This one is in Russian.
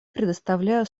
предоставляю